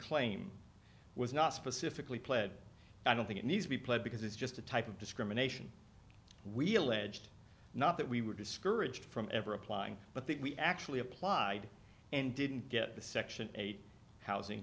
claim was not specifically pled i don't think it needs to be pled because it's just a type of discrimination we alleged not that we were discouraged from ever applying but that we actually applied and didn't get the section eight housing